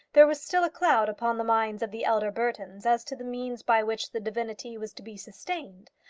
there was still a cloud upon the minds of the elder burtons as to the means by which the divinity was to be sustained.